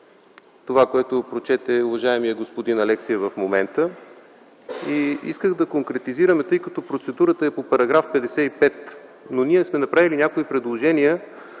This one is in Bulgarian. това, което прочете господин Алексиев в момента. Исках да конкретизираме, тъй като процедурата е по § 55. Ние сме направили някои предложения.